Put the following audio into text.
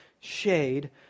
shade